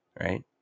Right